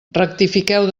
rectifiqueu